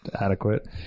adequate